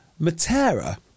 Matera